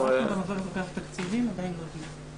של עוסק פטור והקלות בעניין הזה לעסקים של